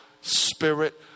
spirit